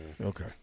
Okay